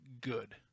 good